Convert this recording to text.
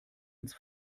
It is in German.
ins